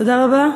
תודה רבה.